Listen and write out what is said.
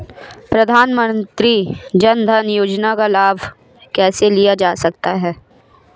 प्रधानमंत्री जनधन योजना का लाभ कैसे लिया जा सकता है?